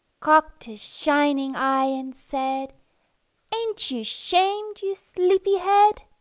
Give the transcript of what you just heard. cocked his shining eye and said ain't you shamed, you sleepy-head!